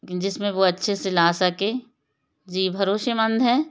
जिस में वो अच्छे से ला सके जी भरोसेमंद है